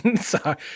Sorry